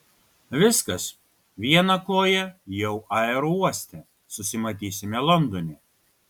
viskas viena koja jau aerouoste susimatysime londone